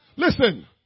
Listen